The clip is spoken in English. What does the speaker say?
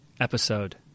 episode